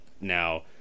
now